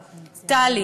טלי,